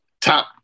top